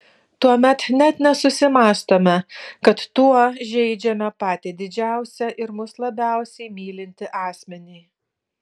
tuomet net nesusimąstome kad tuo žeidžiame patį didžiausią ir mus labiausiai mylintį asmenį